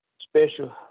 special